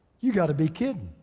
you gotta be kidding.